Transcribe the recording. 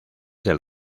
del